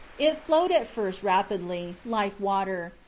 it flowed at first rapidly, like water,